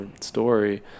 story